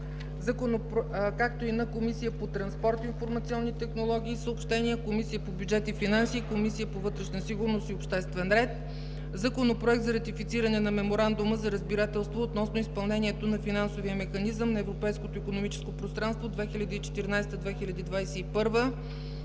Законопроект за ратифициране на Меморандума за разбирателство относно изпълнението на Финансовия механизъм на Европейското икономическо пространство 2014 – 2021